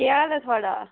केह् हाल ऐ थुआढ़ा